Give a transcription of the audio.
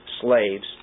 slaves